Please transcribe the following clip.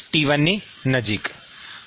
T1 ની નજીક